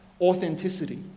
authenticity